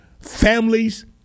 Families